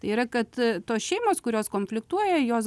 tai yra kad tos šeimos kurios konfliktuoja jos